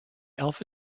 alpha